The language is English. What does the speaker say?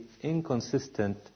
inconsistent